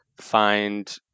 find